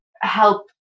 help